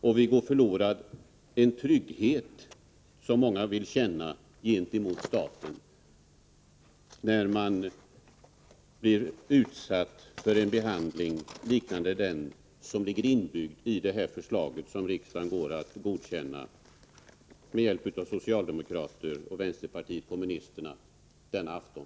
Man förlorar en trygghet som många vill känna gentemot staten, när man blir utsatt för en behandling liknande den som ligger inbyggd i det förslag som en majoritet i riksdagen, bestående av socialdemokraterna och vänsterpartiet kommunisterna, går att godkänna i afton.